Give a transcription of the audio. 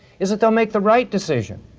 is that they'll make the right decision.